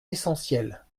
essentielle